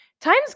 time's